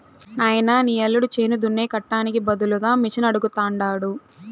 నాయనా నీ యల్లుడు చేను దున్నే కట్టానికి బదులుగా మిషనడగతండాడు